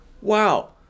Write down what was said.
Wow